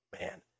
man